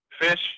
fish